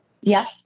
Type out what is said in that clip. Yes